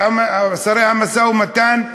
שר המשא-ומתן,